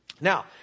Now